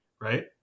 right